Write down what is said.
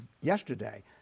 yesterday